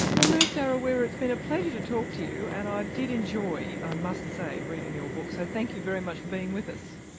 noo saro wiwa, it's been a pleasure to talk to you and i did enjoy, i must say, reading your book. so thank you very much for being with us.